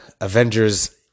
Avengers